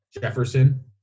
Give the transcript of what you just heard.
Jefferson